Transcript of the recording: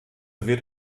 wird